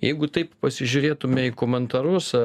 jeigu taip pasižiūrėtume į komentarus